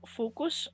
focus